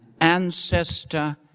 ancestor